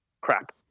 crap